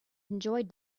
enjoyed